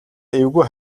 эвгүй